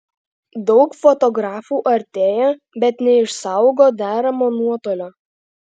daug fotografų artėja bet neišsaugo deramo nuotolio